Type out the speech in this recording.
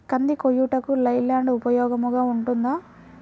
కంది కోయుటకు లై ల్యాండ్ ఉపయోగముగా ఉంటుందా?